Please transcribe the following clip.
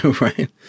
right